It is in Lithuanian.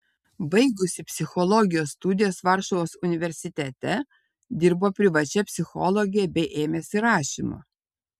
baigusi psichologijos studijas varšuvos universitete dirbo privačia psichologe bei ėmėsi rašymo